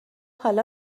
حالا